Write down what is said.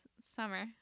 summer